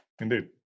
Indeed